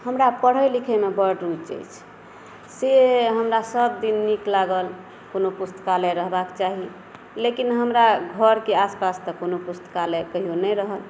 हमरा पढै लिखै मे बड्ड रूचि अछि से हमरा सब दिन नीक लागल कोनो पुस्तकालय रहबाक चाही लेकिन हमरा घरके आसपास तऽ कोनो पुस्तकालय कहियो नहि रहय